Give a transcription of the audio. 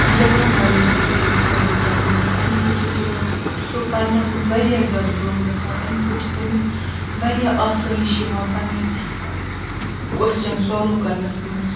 general knowledge تہِ چھِ تٔمِس واریاہ زیادٕ میلان اَمہِ سۭتۍ چھُ سُہ رو سُہ پرنَس منٛز واریاہ زیادٕ برٛونٛہہ گژھان اَمہِ سۭتۍ چھِ تٔمِس واریاہ آسٲیِش یِوان پَنٕنۍ کوسچن سالوٗ کَرنَس منٛز